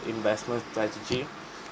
investment strategy